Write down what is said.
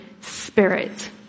spirit